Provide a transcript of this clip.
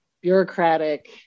bureaucratic